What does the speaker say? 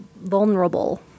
vulnerable